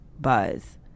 buzz